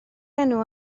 enw